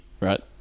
Right